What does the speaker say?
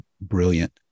brilliant